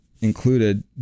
included